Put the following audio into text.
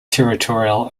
territorial